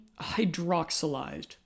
hydroxylized